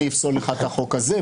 אני אפסול לך את החוק הזה.